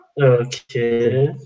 okay